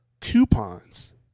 coupons